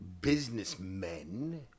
businessmen